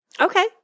Okay